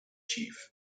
chief